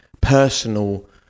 personal